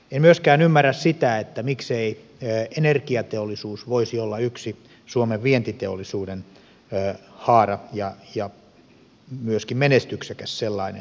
en myöskään ymmärrä sitä miksei energiateollisuus voisi olla yksi suomen vientiteollisuuden haara ja myöskin menestyksekäs sellainen